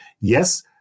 Yes